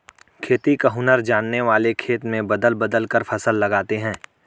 खेती का हुनर जानने वाले खेत में बदल बदल कर फसल लगाते हैं